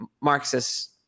Marxists